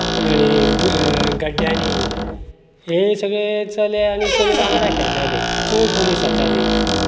आनी ग ग गड्ड्यांनी हे सगळे चली आनी चल्यो वांगडा खेळटाले चोर पुलीस खेवताली